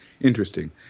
interesting